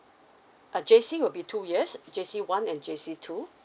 but J_C would be two yes J_C one and J_C two